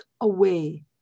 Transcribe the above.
away